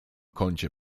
kącie